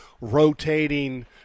rotating